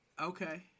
okay